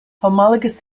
homologous